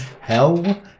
hell